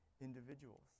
individuals